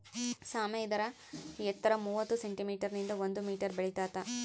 ಸಾಮೆ ಇದರ ಎತ್ತರ ಮೂವತ್ತು ಸೆಂಟಿಮೀಟರ್ ನಿಂದ ಒಂದು ಮೀಟರ್ ಬೆಳಿತಾತ